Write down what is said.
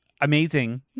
amazing